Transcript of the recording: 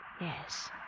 Yes